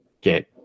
get